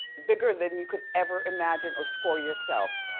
bigger than you could ever imagine or score yourself.